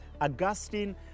Augustine